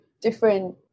different